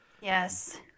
Yes